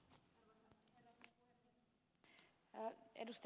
heikkinen ja ed